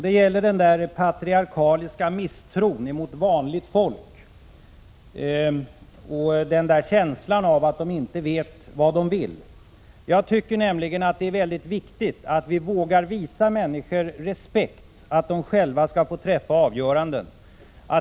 Det gäller den patriarkaliska misstron mot vanligt folk, känslan av att de inte vet vad de vill. Jag tycker nämligen att det är mycket viktigt att vi vågar visa människor respekt — de skall själva få träffa avgöranden.